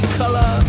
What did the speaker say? color